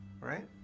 Right